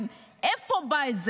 מאיפה זה בא?